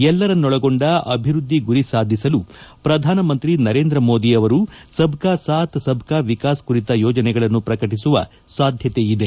ಎಲ್ಲರನ್ನೊಳಗೊಂಡ ಅಭಿವೃದ್ದಿ ಗುರಿ ಸಾಧಿಸಲು ಪ್ರಧಾನಮಂತ್ರಿ ನರೇಂದ್ರ ಮೋದಿ ಅವರು ಸಬ್ಕಾ ಸಾಥ್ ಸಬ್ಕಾ ವಿಕಾಸ್ ಕುರಿತ ಯೋಜನೆಗಳನ್ನು ಪ್ರಕಟಿಸುವ ಸಾಧ್ಯತೆ ಇದೆ